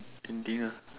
anything ah